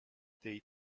they